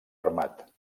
armat